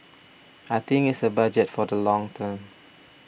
I think it's a Budget for the long term